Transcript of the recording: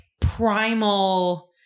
primal